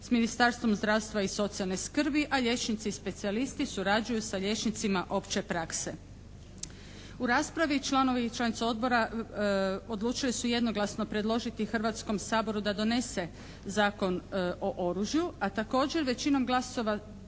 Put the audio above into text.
s Ministarstvom zdravstva i socijalne skrbi, a liječnici specijalisti surađuju sa liječnicima opće prakse. U raspravi članovi i članice odbora odlučili su jednoglasno predložiti Hrvatskom saboru da donese Zakon o oružju, a također većinom glasova,